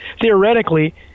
theoretically